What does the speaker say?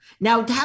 now